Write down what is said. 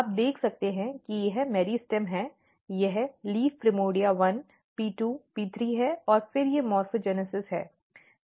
आप देख सकते हैं कि यह मेरिस्टेम है यह पत्ता प्रिमोर्डिया 1 पी 2 पी 3 है और फिर ये मोर्फोजेनेसिस हैं